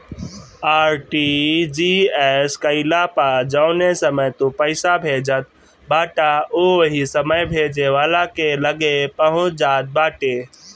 RTGS कईला पअ जवने समय तू पईसा भेजत बाटअ उ ओही समय भेजे वाला के लगे पहुंच जात बाटे